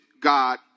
God